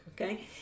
okay